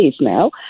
now